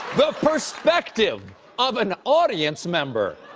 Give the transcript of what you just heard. the perspective of an audience member.